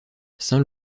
saint